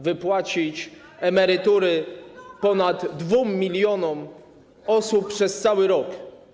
wypłacać emerytury ponad 2 mln osób przez cały rok.